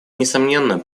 несомненно